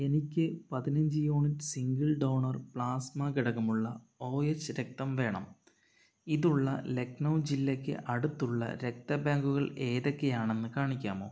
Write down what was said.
എനിക്ക് പതിനഞ്ച് unit single donor plasma ഘടകമുള്ള ഓ എച്ച് രക്തം വേണം ഇതുള്ള ലഖ്നൗ ജില്ലയ്ക്ക് അടുത്തുള്ള രക്തബാങ്കുകൾ ഏതൊക്കെയാണെന്ന് കാണിക്കാമോ